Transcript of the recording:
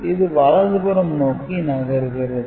இது வலதுபுறம் நோக்கி நகர்கிறது